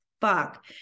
fuck